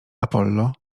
apollo